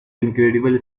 incredible